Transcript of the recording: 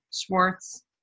Schwartz